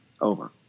Over